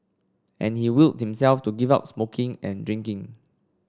and he willed himself to give up smoking and drinking